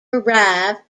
arrive